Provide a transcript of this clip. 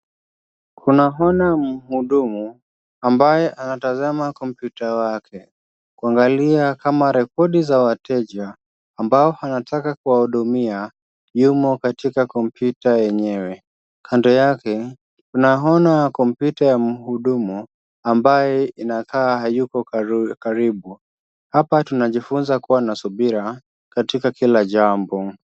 Tunaona mhudumu ambaye anatazama kompyuta yake kuangalia kama rekodi za wateja ambao anataka kuwahudumia zimo katika kompyuta yenyewe. Kando yake, tunaona kompyuta ya mhudumu ambaye inakaa hayuko karibu. Hapa tunajifunza kuwa na subira katika kila jambo.